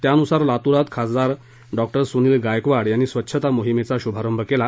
त्यानुसार लातूरात खासदार डॉ सुनिल गायकवाड यांनी स्वच्छता मोहिमेचा शुभारंभ केला